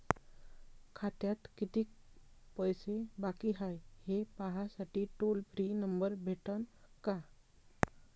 खात्यात कितीकं पैसे बाकी हाय, हे पाहासाठी टोल फ्री नंबर भेटन का?